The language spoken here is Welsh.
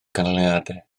canlyniadau